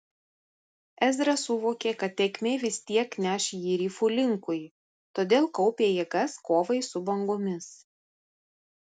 ezra suvokė kad tėkmė vis tiek neš jį rifų linkui todėl kaupė jėgas kovai su bangomis